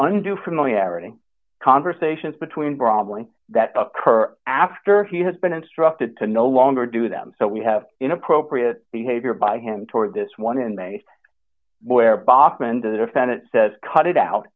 unto familiarity conversations between grumbling that occur after he has been instructed to no longer do them so we have inappropriate behavior by him toward this one inmate where bachmann to the defendant says cut it out